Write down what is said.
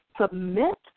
submit